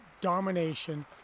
domination